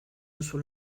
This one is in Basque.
duzu